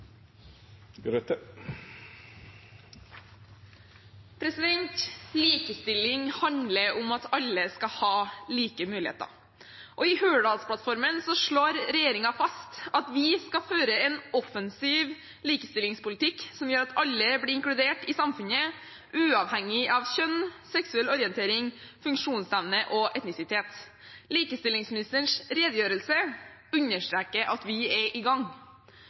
Likestilling handler om at alle skal ha like muligheter. I Hurdalsplattformen slår regjeringen fast at vi skal føre en offensiv likestillingspolitikk som gjør at alle blir inkludert i samfunnet, uavhengig av kjønn, seksuell orientering, funksjonsevne og etnisitet. Likestillingsministerens redegjørelse understreker at vi er i gang.